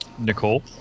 Nicole